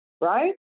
right